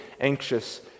anxious